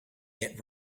yet